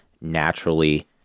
naturally